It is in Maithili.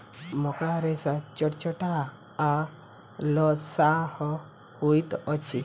मकड़ा रेशा चटचटाह आ लसाह होइत अछि